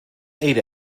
ate